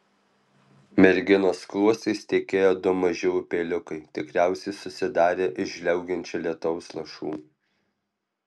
merginos skruostais tekėjo du maži upeliukai tikriausiai susidarę iš žliaugiančio lietaus lašų